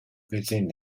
within